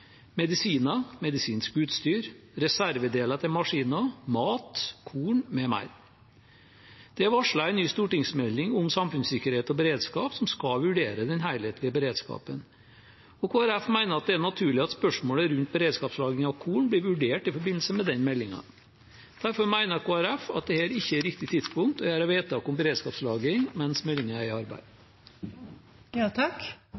medisiner og medisinsk utstyr, reservedeler til maskiner, mat, korn m.m. Det er varslet en ny stortingsmelding om samfunnssikkerhet og beredskap som skal vurdere den helhetlige beredskapen. Kristelig Folkeparti mener at det er naturlig at spørsmålet rundt beredskapslagring av korn blir vurdert i forbindelse med den meldingen. Derfor mener Kristelig Folkeparti at det ikke er riktig tidspunkt å gjøre vedtak om beredskapslagring på mens meldingen er